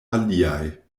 aliaj